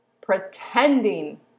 pretending